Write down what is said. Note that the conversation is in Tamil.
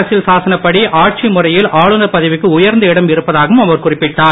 அரசியல் சாசனப்படி ஆட்சி முறையில் ஆளுநர் பதவிக்கு உயர்ந்த இடம் இருப்பதாகவும் அவர் குறிப்பிட்டார்